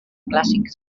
clàssics